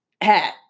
hat